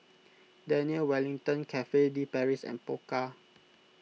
Daniel Wellington Cafe De Paris and Pokka